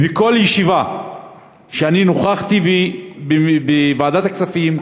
ובכל ישיבה שאני נכחתי בה בוועדת הכספים,